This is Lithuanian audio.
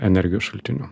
energijos šaltinių